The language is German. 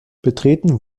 betreten